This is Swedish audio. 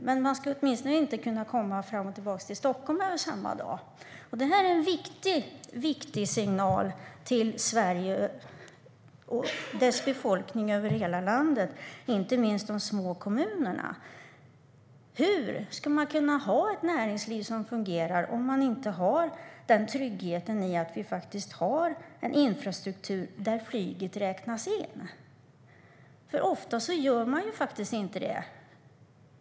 Men man ska åtminstone inte kunna komma fram och tillbaka till Stockholm över samma dag. Detta är en viktig signal till Sverige och dess befolkning i hela landet, inte minst i de små kommunerna. Hur ska man kunna ha ett fungerande näringsliv om man inte har tryggheten i att vi faktiskt har en infrastruktur där flyget räknas in? Ofta gör man inte det.